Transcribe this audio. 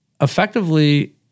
effectively